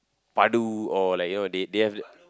padu or like you know they they have the